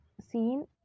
seen